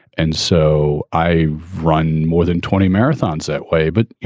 and so i've run more than twenty marathons that way. but, you